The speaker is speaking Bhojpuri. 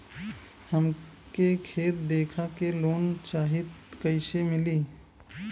हमके खेत देखा के लोन चाहीत कईसे मिली?